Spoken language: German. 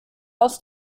aus